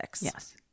Yes